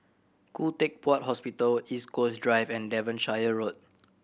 Khoo Teck Puat Hospital East Coast Drive and Devonshire Road